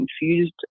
confused